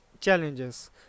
challenges